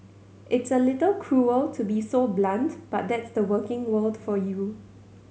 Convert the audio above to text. it's a little cruel to be so blunt but that's the working world for you